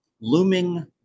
looming